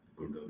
Good